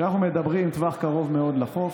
כשאנחנו מדברים על טווח קרוב מאוד לחוף,